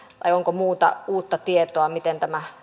vai onko muuta uutta tietoa miten tämä